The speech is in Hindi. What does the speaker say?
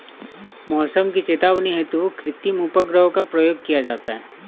मौसम की चेतावनी हेतु कृत्रिम उपग्रहों का प्रयोग किया जाता है